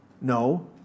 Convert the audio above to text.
No